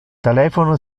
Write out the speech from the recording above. telephono